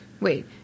Wait